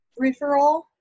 referral